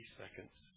seconds